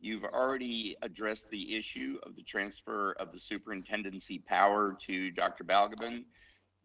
you've already addressed the issue of the transfer of the superintendency power to dr. balgobin